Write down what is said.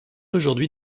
aujourd’hui